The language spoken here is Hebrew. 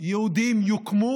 יהודיים יוקמו